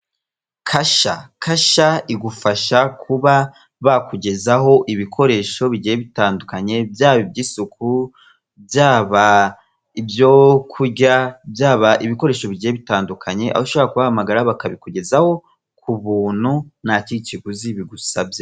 Kasha, kasha igufasha kuba bakugezaho ibikoresho bigiye bitandukanye byaba iby'isuku byaba ibyo kurya bya ibikoresho bigiye bitandukanye, aho ushobora kubahamagara bakabikugezaho ku buntu nta kindi kiguzi bigusabye.